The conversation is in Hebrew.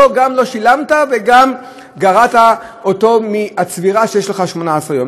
גם לא שילמת, וגם גרעת אותו מהצבירה של 18 הימים.